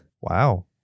Wow